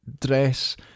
Dress